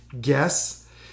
guess